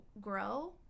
grow